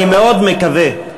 אני מאוד מקווה,